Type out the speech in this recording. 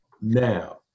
now